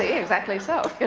ah exactly so. yeah